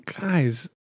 guys